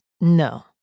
No